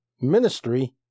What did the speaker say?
ministry